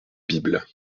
bible